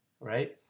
right